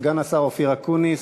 סגן השר אופיר אקוניס.